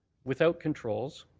without controls,